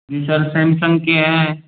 जी sir Samsung के हैं